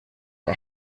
der